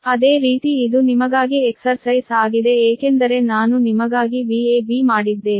ಅದೇ ರೀತಿ ಇದು ನಿಮಗಾಗಿ ಎಕ್ಸರ್ಸೈಜ್ ಆಗಿದೆ ಏಕೆಂದರೆ ನಾನು ನಿಮಗಾಗಿ Vab ಮಾಡಿದ್ದೇನೆ